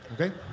okay